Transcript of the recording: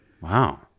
Wow